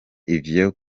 ivyo